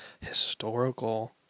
historical